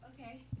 Okay